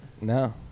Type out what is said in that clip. No